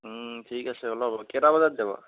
ঠিক আছে ওলাবা কেইটা বজাত যাবা